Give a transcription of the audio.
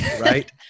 right